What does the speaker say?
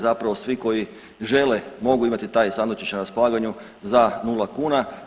Zapravo svi koji žele, mogu imati taj sandučić na raspolaganju za nula kuna.